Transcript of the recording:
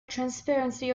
transparency